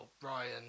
Brian